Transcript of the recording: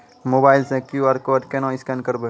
Mobile से QR code केना scan करबै?